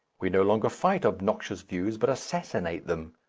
we no longer fight obnoxious views, but assassinate them.